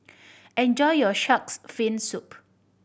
enjoy your Shark's Fin Soup